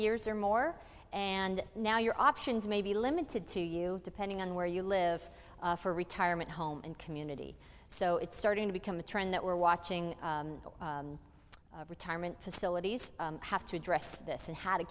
years or more and now your options may be limited to you depending on where you live for retirement home and community so it's starting to become a trend that we're watching the retirement facilities have to address this and how to